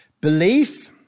Belief